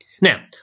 Now